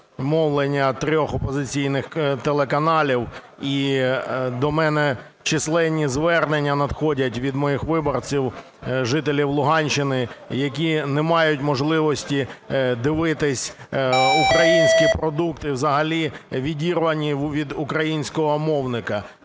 мовлення трьох опозиційних телеканалів. І до мене численні звернення надходять від моїх виборців жителів Луганщини, які не мають можливості дивитися український продукт і взагалі відірвані від українського мовника.